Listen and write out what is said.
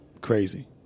Crazy